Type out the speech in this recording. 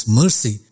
mercy